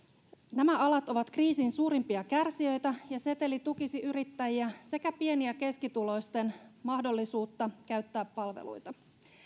nämä alat ovat kriisin suurimpia kärsijöitä ja seteli tukisi yrittäjiä sekä pieni ja keskituloisten mahdollisuutta käyttää palveluita